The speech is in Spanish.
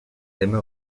tema